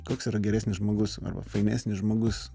koks yra geresnis žmogus arba fainesnis žmogus